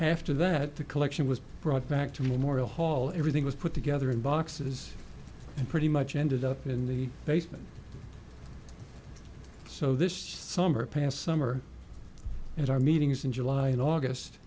after that the collection was brought back to me morial hall everything was put together in boxes and pretty much ended up in the basement so this summer past summer and our meetings in july and august